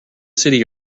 city